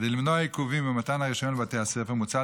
כדי למנוע עיכובים במתן הרישיון לבתי הספר מוצע